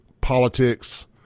politics